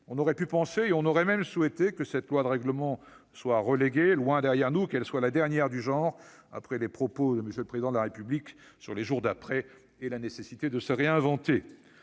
On aurait pu penser, et on aurait même souhaité, que cette loi de règlement soit reléguée loin derrière nous, qu'elle soit la dernière du genre après les propos de M. le Président de la République sur les « jours d'après » et la « nécessité de se réinventer